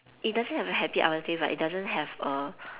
it doesn't have a happy aftertaste like it doesn't have a